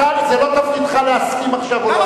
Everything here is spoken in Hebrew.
זה לא תפקידך להסכים עכשיו או לא.